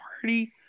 party